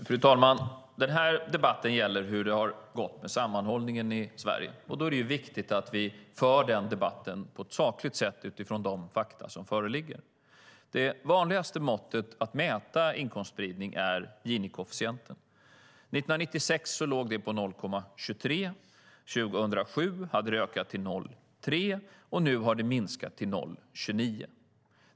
Fru talman! Den här debatten gäller hur det har gått med sammanhållningen i Sverige. Det är viktigt att vi för den debatten på ett sakligt sätt utifrån de fakta som föreligger. Det vanligaste måttet för inkomstspridning är Gini-koefficienten. 1996 låg den på 0,23. 2007 hade den ökat till 0,3, och nu har den minskat till 0,29.